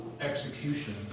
execution